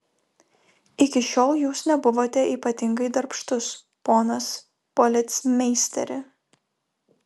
iki šiol jūs nebuvote ypatingai darbštus ponas policmeisteri